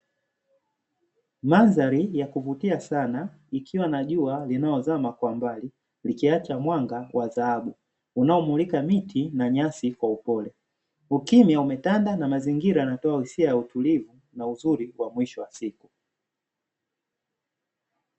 Mandhari ya kuvutia sana ikiwa na jua linalozama kwa mbali, likiacha mwanga wa dhahabu, unaomulika miti na nyasi kwa upole, ukimya umetanda na mazingira yanatoa uhisia wa utulivu na uzuri wa mwisho wa siku.